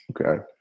Okay